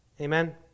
Amen